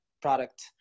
product